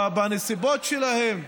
בנסיבות שלהם.